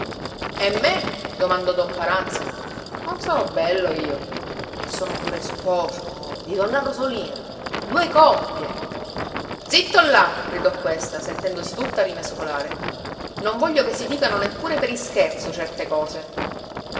e me domandò don paranza non sono bello io e sono pure sposo oh di donna rosolina due coppie zitto là gridò questa sentendosi tutta rimescolare non voglio che si dicano neppure per ischerzo certe cose